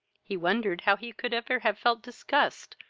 he wondered how he could ever have felt disgust,